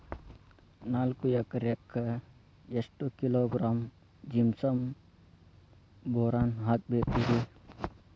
ನಾಲ್ಕು ಎಕರೆಕ್ಕ ಎಷ್ಟು ಕಿಲೋಗ್ರಾಂ ಜಿಪ್ಸಮ್ ಬೋರಾನ್ ಹಾಕಬೇಕು ರಿ?